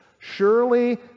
surely